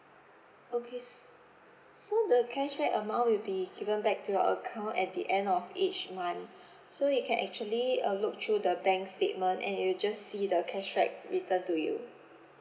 okay so the cashback amount will be given back to your account at the end of each month so you can actually uh look through the bank statement and you just see the cashback returned to you